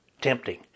tempting